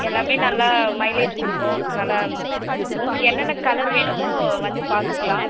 எல்லாமே நல்லா மைலேஜ் கொடுக்கும் நல்லா உங்களுக்கு என்னென்ன கலர் வேணுமோ வந்து பார்த்துக்கலாம்